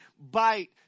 bite